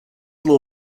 law